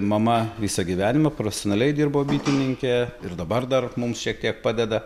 mama visą gyvenimą profesionaliai dirbo bitininke ir dabar dar mums šiek tiek padeda